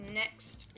next